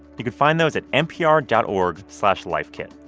you can find those at npr dot org slash lifekit.